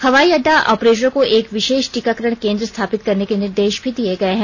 हवाई अड्डा ऑपरेटरों को एक विशेष टीकाकरण केंद्र स्थापित करने के निर्देश भी दिए गए हैं